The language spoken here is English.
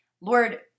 Lord